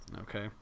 Okay